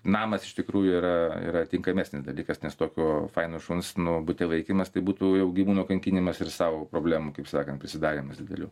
namas iš tikrųjų yra yra tinkamesnis dalykas nes tokio faino šuns nu bute laikymas tai būtų jau gyvūno kankinimas ir sau problemų kaip sakant prisidarymas didelių